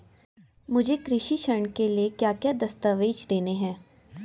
मुझे कृषि ऋण के लिए क्या क्या दस्तावेज़ देने हैं?